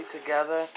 together